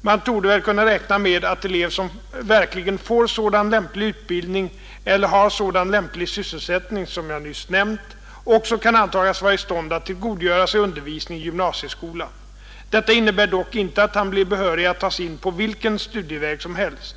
Man torde väl kunna räkna med att elev som verkligen får sådan lämplig utbildning eller har sådan lämplig sysselsättning som jag nyss nämnt också kan antagas vara i stånd att tillgodogöra sig undervisning i gymnasieskolan. Detta innebär dock inte att han blir behörig att tas in på vilken studieväg som helst.